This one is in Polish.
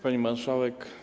Pani Marszałek!